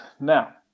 Now